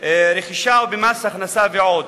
רכישה ובמס הכנסה ועוד.